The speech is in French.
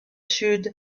sud